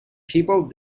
people